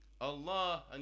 Allah